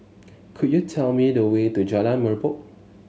could you tell me the way to Jalan Merbok